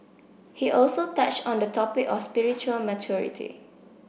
he also touched on the topic of spiritual maturity